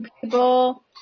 people